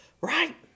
right